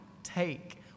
Take